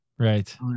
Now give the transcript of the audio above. Right